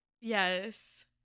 Yes